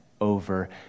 over